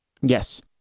Yes